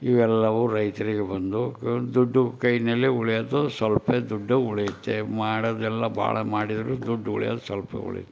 ಇವೆಲ್ಲವೂ ರೈತರಿಗೆ ಬಂದು ದುಡ್ಡು ಕೈಯ್ಯಲ್ಲಿಯೇ ಉಳಿಯೋದು ಸ್ವಲ್ಪೇ ದುಡ್ಡು ಉಳಿಯುತ್ತೆ ಮಾಡೋದೆಲ್ಲ ಭಾಳ ಮಾಡಿದರು ದುಡ್ಡೂ ಉಳಿಯೋದು ಸ್ವಲ್ಪ ಉಳಿಯುತ್ತೆ